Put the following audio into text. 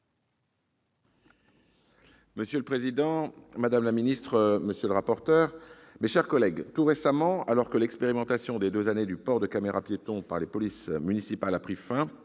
Monsieur le président, madame la ministre, monsieur le rapporteur, mes chers collègues, tout récemment, alors que l'expérimentation des deux années de port de caméras-piétons par les polices municipales a pris fin,